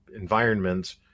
environments